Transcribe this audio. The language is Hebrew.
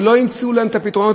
שלא ימצאו להם את הפתרונות